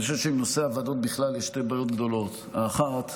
אני חושב שעם נושא הוועדות יש שתי בעיות גדולות: האחת,